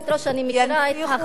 אני מכירה את החוק,